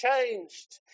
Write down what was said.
changed